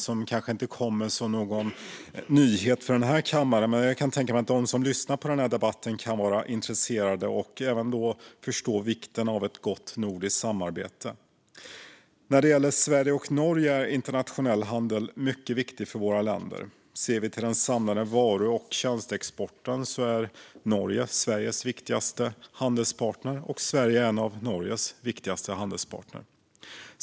Det är kanske inga nyheter för kammaren, men de som lyssnar på debatten kan nog vara intresserade av vikten av ett gott nordiskt samarbete. När det gäller Sverige och Norge är internationell handel mycket viktig för våra länder. Ser vi till den samlade varu och tjänsteexporten är Norge Sveriges viktigaste handelspartner, och Sverige är en av Norges viktigaste handelspartner.